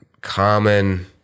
common